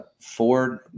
Ford